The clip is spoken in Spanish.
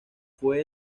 fue